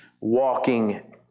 walking